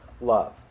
love